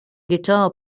guitar